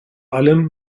allem